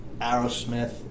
Aerosmith